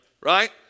Right